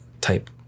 type